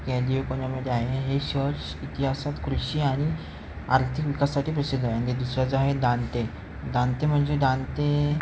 केन्जिओ कोन्यामध्ये जे आहे हे शहर इतिहासात कृषी आणि आर्थिक विकासासाठी प्रसिद्ध आहे दुसरं जे आहे दांते दांते म्हणजे दांते